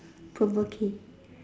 provoking